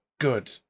good